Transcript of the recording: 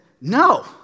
no